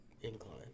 incline